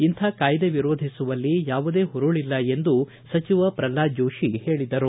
ಇಂಥ ಕಾಯ್ದೆ ವಿರೋಧಿಸುವಲ್ಲಿ ಯಾವುದೇ ಹುರಳಲ್ಲ ಎಂದು ಸಚಿವ ಪ್ರಲ್ನಾದ ಜೋತಿ ಹೇಳಿದರು